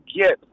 get